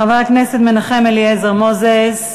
חבר הכנסת מנחם אליעזר מוזס,